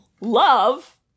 love